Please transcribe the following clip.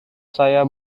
saya